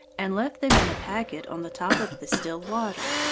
and left them in a packet on the top of the still water.